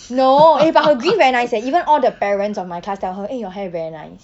no eh but her green very nice eh even all the parents on my class tell her eh your hair very nice